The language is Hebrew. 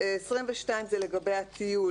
22 זה לגבי הטיול,